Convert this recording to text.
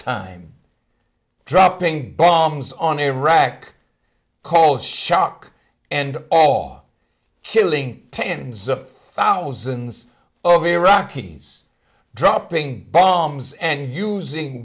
time dropping bombs on iraq called shock and awe killing tens of thousands of iraqis dropping bombs and using